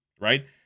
right